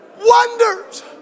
wonders